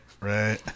right